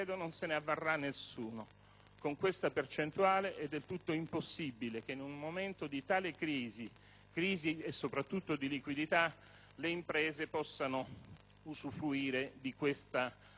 del 7 per cento è del tutto impossibile che in un momento di tale crisi, soprattutto di liquidità, le imprese possano usufruire di questa attenzione del Governo.